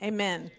Amen